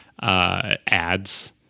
ads